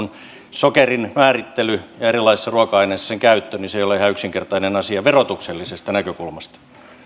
sokerin määrittely ja sen käyttö erilaisissa ruoka aineissa ei ole ihan yksinkertainen asia verotuksellisesta näkökulmasta